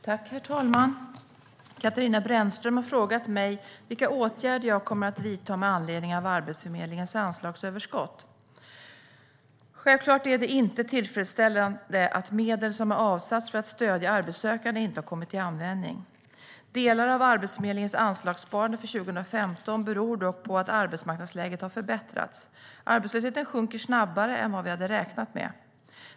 Svar på interpellationer Herr talman! Katarina Brännström har frågat mig vilka åtgärder jag kommer att vidta med anledning av Arbetsförmedlingens anslagsöverskott. Självklart är det inte tillfredsställande att medel som har avsatts för att stödja arbetssökande inte har kommit till användning. Delar av Arbetsförmedlingens anslagssparande för 2015 beror dock på att arbetsmarknadsläget har förbättrats. Arbetslösheten sjunker snabbare än vad vi hade räknat med.